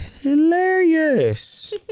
hilarious